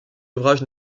ouvrages